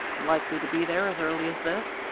likely to be there as early as this?